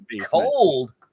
Cold